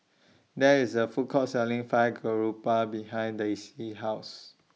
There IS A Food Court Selling Fried Garoupa behind Daisie's House